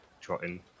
trotting